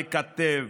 לקטב,